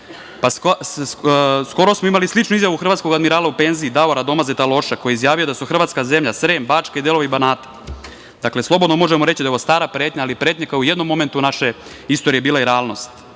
Skoro smo imali sličnu izjavu hrvatskog admirala u penziji Davora Domazeta Loša, koji je izjavio da su hrvatska zemlja Srem, Bačka i delovi Banata. Dakle, slobodno možemo reći da je ovo stara pretnja, ali pretnja koja je u jednom momentu naše istorije bila i realnost. Podsetimo